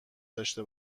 داشته